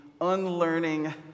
unlearning